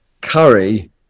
curry